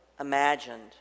imagined